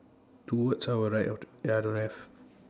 towards our right of the ya don't have